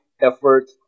effort